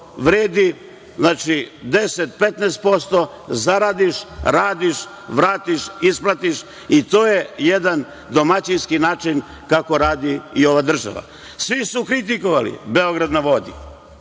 vredi. Znači, 10%, 15% zaradiš, radiš, vratiš, isplatiš i to je jedan domaćinski način kako radi i ova država. Svi su kritikovali Beograd na vodi,